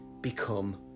become